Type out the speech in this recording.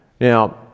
Now